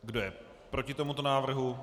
Kdo je proti tomuto návrhu?